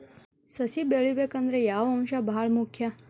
ಸಸಿ ಬೆಳಿಬೇಕಂದ್ರ ಯಾವ ಅಂಶ ಭಾಳ ಮುಖ್ಯ?